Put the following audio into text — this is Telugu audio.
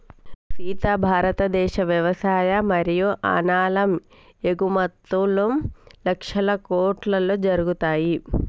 సీత భారతదేశ వ్యవసాయ మరియు అనాలం ఎగుమతుం లక్షల కోట్లలో జరుగుతాయి